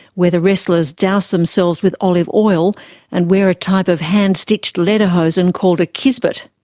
where the wrestlers douse themselves with olive oil and wear a type of hand-stitched lederhosen called a kisbet.